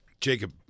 Jacob